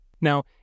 Now